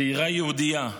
צעירה יהודייה,